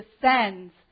descends